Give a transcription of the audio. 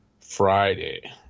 Friday